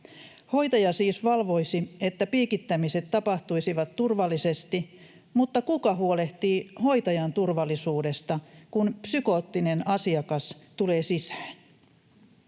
Hoitaja siis valvoisi, että piikittämiset tapahtuisivat turvallisesti, mutta kuka huolehtii hoitajan turvallisuudesta, kun psykoottinen asiakas tulee sisään?